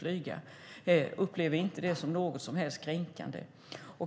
Jag upplever det inte som något som helst kränkande.